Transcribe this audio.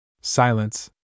Silence